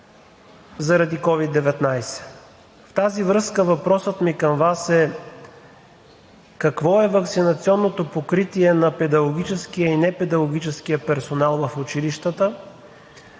В тази връзка въпросът ми към Вас е: какво е ваксинационното покритие на педагогическия и непедагогическия персонал в училищата,